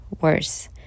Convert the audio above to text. worse